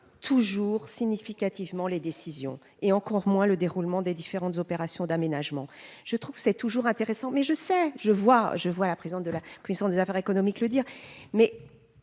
toujours significativement les décisions et encore moins le déroulement des différentes opérations d'aménagement, je trouve que c'est toujours intéressant, mais je sais, je vois, je vois la prison de la cuisson des affaires économiques, le dire, mais